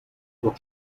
what